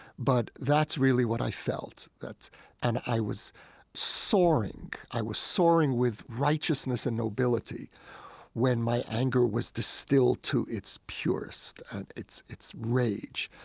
but that's really what i felt and i was soaring, i was soaring with righteousness and nobility when my anger was distilled to its purest and its its rage.